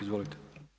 Izvolite.